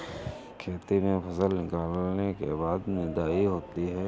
खेती में फसल निकलने के बाद निदाई होती हैं?